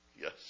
Yes